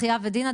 אחיה ודינה,